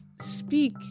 speak